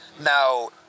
now